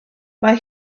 mae